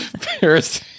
Paris